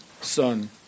Son